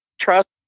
trust